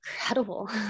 incredible